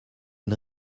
une